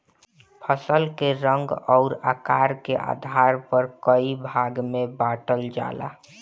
फसल के रंग अउर आकार के आधार पर कई भाग में बांटल जाला